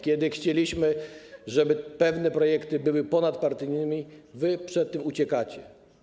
Kiedy chcemy, żeby pewne projekty były ponadpartyjne, wy przed tym uciekacie.